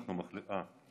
תודה רבה, אדוני.